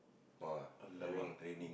[wah] ramming